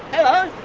hello,